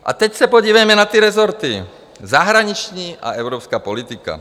A teď se podívejme na ty rezorty zahraniční a evropská politika.